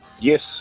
Yes